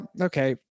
Okay